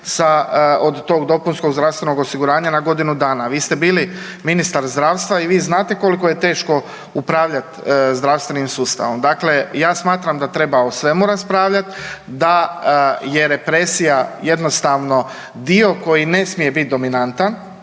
od tog dopunskog zdravstvenog osiguranja na godinu dana? Vi ste bili ministar zdravstva i vi znate koliko je teško upravljat zdravstvenim sustavom. Dakle, ja smatram da treba o svemu raspravljat, da je represija jednostavno dio koji ne smije biti dominantan,